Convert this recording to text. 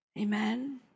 Amen